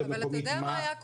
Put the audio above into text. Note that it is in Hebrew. בעניין